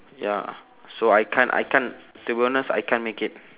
ya so I can't I can't to be honest I can't make it